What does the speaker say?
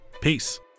Peace